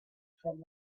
from